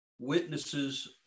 witnesses